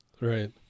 Right